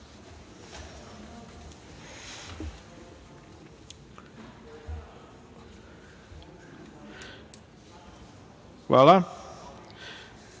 Hvala